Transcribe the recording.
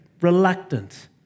reluctant